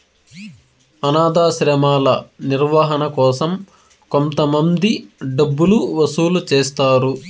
అనాధాశ్రమాల నిర్వహణ కోసం కొంతమంది డబ్బులు వసూలు చేస్తారు